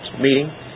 meeting